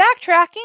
backtracking